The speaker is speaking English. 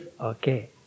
okay